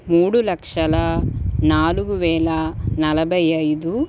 మూడు లక్షల నాలుగు వేల నలభై ఐదు